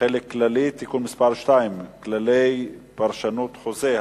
(חלק כללי) (תיקון מס' 2) (כללי פרשנות חוזה),